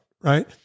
Right